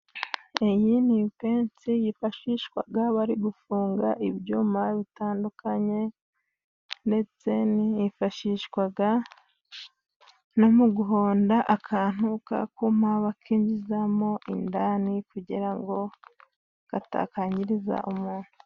Iyi nipensi yifashishwaga bari gufunga ibyuma bitandukanye, ndetse inifashishwaga mu guhonda akantu kakuma bakinjizamo indani kugira ngo katakangiriza umuntu.